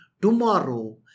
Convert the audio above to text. tomorrow